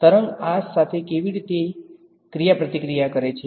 તરંગ આ સાથે કેવી રીતે ક્રિયા પ્રતિક્રિયા કરે છે